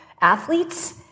athletes